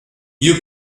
you